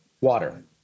water